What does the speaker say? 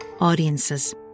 audiences